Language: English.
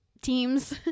team's